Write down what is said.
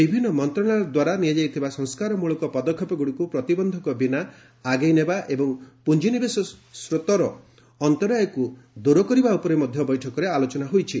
ବିଭିନ୍ନ ମନ୍ତ୍ରଶାଳୟ ଦ୍ୱାରା ନିଆଯାଇଥିବା ସଂସ୍କାରମୂଳକ ପଦକ୍ଷେପଗୁଡିକୁ ପ୍ରତିବନ୍ଧକ ବିନା ଆଗେଇ ନେବା ଏବଂ ପୁଞ୍ଜିନିବେଶ ସ୍ରୋତର ଅନ୍ତରାୟକୁ ଦୂର କରିବା ଉପରେ ମଧ୍ୟ ବୈଠକରେ ଆଲୋଚନା ହୋଇଛି